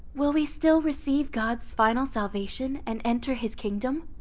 will we still receive god's final salvation and enter his kingdom?